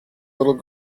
little